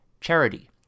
charity